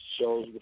shows